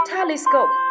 Telescope